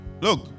Look